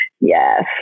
Yes